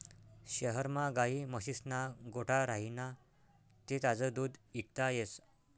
शहरमा गायी म्हशीस्ना गोठा राह्यना ते ताजं दूध इकता येस